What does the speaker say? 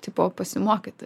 tipo pasimokyti